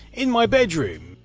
in my bedroom.